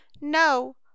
no